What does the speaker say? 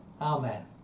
Amen